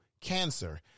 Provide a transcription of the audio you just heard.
cancer